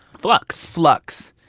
flux. flux.